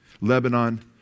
Lebanon